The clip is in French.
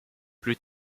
plus